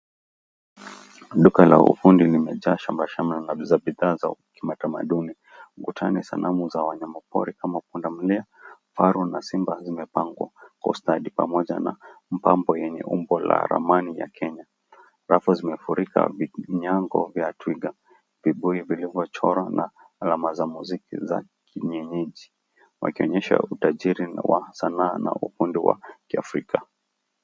Duka la ufundi limejaa shamrashamra na bidhaa za kimatamaduni. Ukutani sanamu za wanyamapori kama punda milia, faru, na simba zimepangwa kwa ustadi pamoja na mpambo yenye umbo la ramani ya Kenya. Rafu zimefurika vinyago vya Twiga , vibuyu vilivyochorwa, na alama za muziki za kienyeji, wakionyesha utajiri wa sanaa na ufundi wa Kiafrika.